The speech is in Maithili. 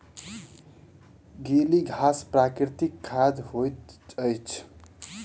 गीली घास प्राकृतिक खाद होइत अछि